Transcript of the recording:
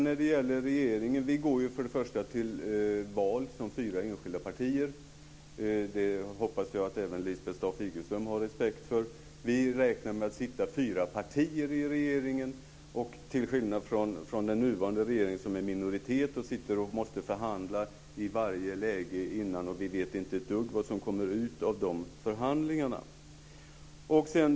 När det gäller regeringen så vill jag säga att vi går till val som fyra enskilda partier. Det hoppas jag att även Lisbeth Staaf-Igelström har respekt för. Vi räknar med att sitta fyra partier i regeringen, till skillnad från den nuvarande regeringen som är en minoritetsregering och som måste sitta och förhandla i varje läge, och vi vet inte ett dugg vad som kommer ut av dessa förhandlingar.